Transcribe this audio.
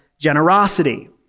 generosity